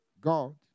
God